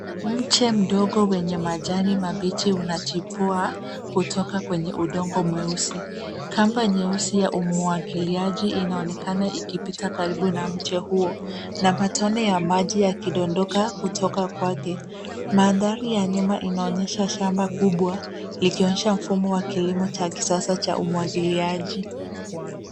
Mche mdogo wenye majani mabichi unachipua kutoka kwenye udongo mweusi. Kamba nyeusi ya umwagiliaji inaonekana ikipita karibu na mche huo na matone ya maji yakidondoka kutoka kwake. Mandhari ya nyuma inaonyesha shamba kubwa, likionyesha mfumo wa kilimo cha kisasa cha umwagiliaji.